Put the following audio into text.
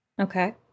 okay